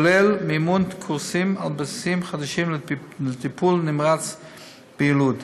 כולל מימון קורסי-על בסיסיים חדשים לטיפול נמרץ ביילוד.